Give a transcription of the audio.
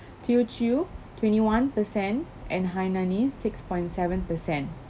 teochew twenty one per cent and hainanese six point seven per cent